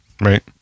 right